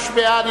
קריאתך נשמעה.